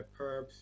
perps